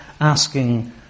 asking